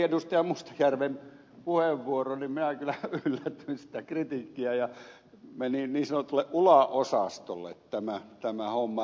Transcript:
mustajärven puheenvuoron niin minä kyllä yllätyin siitä kritiikistä ja meni niin sanotulle ula osastolle tämä homma